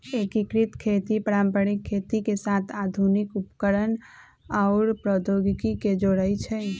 एकीकृत खेती पारंपरिक खेती के साथ आधुनिक उपकरणअउर प्रौधोगोकी के जोरई छई